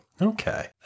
Okay